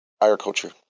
agriculture